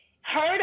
heard